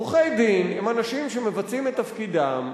עורכי-דין הם אנשים שמבצעים את תפקידם,